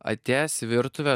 atėjęs į virtuvę